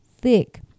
thick